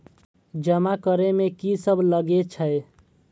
जमा करे में की सब लगे छै?